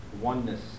oneness